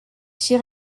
six